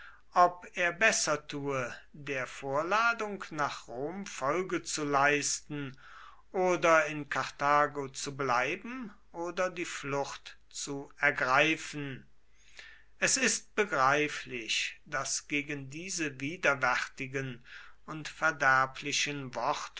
ob er besser tue der vorladung nach rom folge zu leisten oder in karthago zu bleiben oder die flucht zu ergreifen es ist begreiflich daß gegen diese widerwärtigen und verderblichen